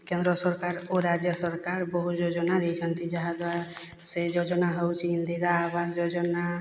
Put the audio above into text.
କେନ୍ଦ୍ର ସରକାର ଓ ରାଜ୍ୟ ସରକାର ବହୁ ଯୋଜନା ଦେଇଛନ୍ତି ଯାହାଦ୍ୱାରା ସେ ଯୋଜନା ହେଉଛି ଇନ୍ଦିରା ଆବାସ ଯୋଜନା